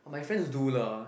but my friends do lah